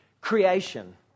creation